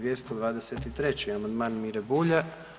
223. amandman Mire Bulja.